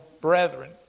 brethren